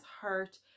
hurt